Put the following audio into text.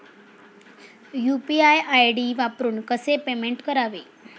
UPI ID वापरून कसे payment करावे?